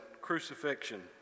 crucifixion